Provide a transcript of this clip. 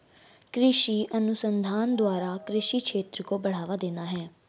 कृषि अनुसंधान द्वारा कृषि क्षेत्र को बढ़ावा देना है